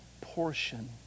portion